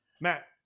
Matt